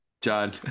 John